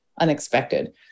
unexpected